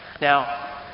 Now